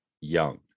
young